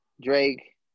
Drake